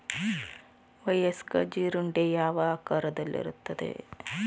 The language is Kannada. ವಯಸ್ಕ ಜೀರುಂಡೆ ಯಾವ ಆಕಾರದಲ್ಲಿರುತ್ತದೆ?